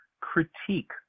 critique